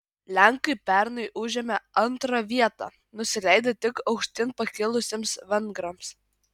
lenkai pernai užėmė antrą vietą nusileidę tik aukštyn pakilusiems vengrams